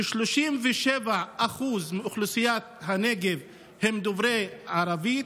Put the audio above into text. כש-37% מאוכלוסיית הנגב הם דוברי ערבית,